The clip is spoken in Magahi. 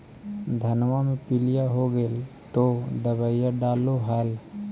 धनमा मे पीलिया हो गेल तो दबैया डालो हल?